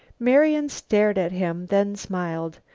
marian stared at him, then smiled.